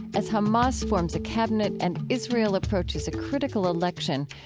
as hamas forms a cabinet and israel approaches a critical election,